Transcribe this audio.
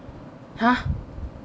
!huh!